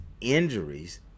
injuries